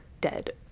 dead